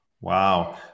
Wow